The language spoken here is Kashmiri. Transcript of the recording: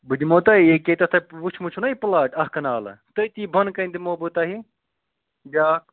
بہٕ دِمو تۄہہِ ییٚکیٛاہ ییٚتیٚتھ تۄہہِ وٕچھمُت چھو نہ یہِ پٕلاٹ اکھ کَنالہٕ تٔتی بۄنہٕ کَنہ دِمو بہٕ تۄہہِ بیٛاکھ